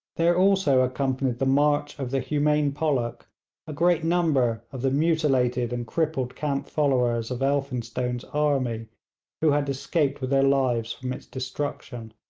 there also accompanied the march of the humane pollock a great number of the mutilated and crippled camp followers of elphinstone's army who had escaped with their lives from its destruction.